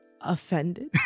offended